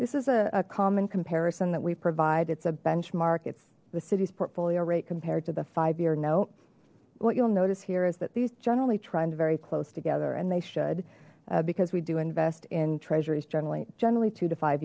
this is a common comparison that we provide it's a benchmark it's the city's portfolio rate compared to the five year note what you'll notice here is that these generally trend very close together and they should because we do invest in treasuries generally generally two to five